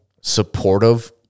supportive